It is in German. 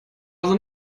also